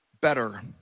better